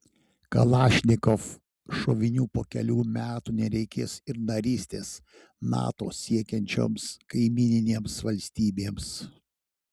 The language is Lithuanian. kalašnikov šovinių po kelerių metų nereikės ir narystės nato siekiančioms kaimyninėms valstybėms